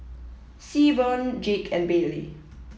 Seaborn Jake and Baylie